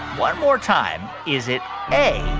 one more time. is it a,